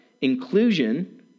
Inclusion